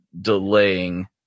delaying